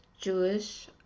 jewish